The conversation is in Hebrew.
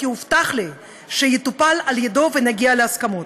כי הובטח לי שיטופל על ידו ונגיע להסכמות.